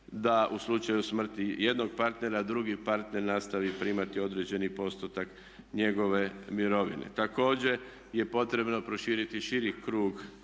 da u slučaju smrti jednog partnera drugi partner nastavi primati određeni postotak njegove mirovine. Također je potrebno proširiti širi krug